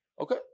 Okay